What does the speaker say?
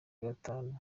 batanu